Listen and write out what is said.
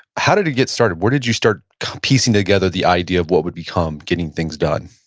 how did it get started? where did you start piecing together the idea of what would become getting things done?